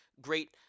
great